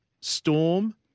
Storm